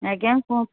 ଆଜ୍ଞା କୁହ